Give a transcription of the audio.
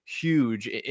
huge